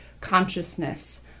consciousness